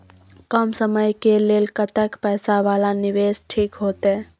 कम समय के लेल कतेक पैसा वाला निवेश ठीक होते?